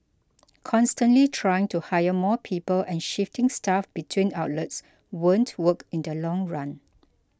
constantly trying to hire more people and shifting staff between outlets won't work in the long run